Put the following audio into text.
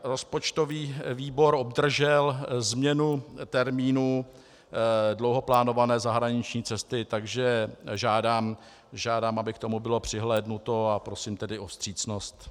Rozpočtový výbor obdržel změnu termínů dlouho plánované zahraniční cesty, takže žádám, aby k tomu bylo přihlédnuto, a prosím o vstřícnost.